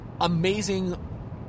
amazing